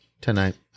tonight